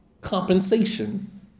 Compensation